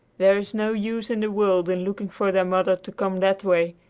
there is no use in the world in looking for their mother to come that way.